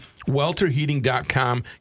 Welterheating.com